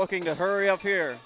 looking to hurry up here